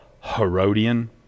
Herodian